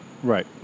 Right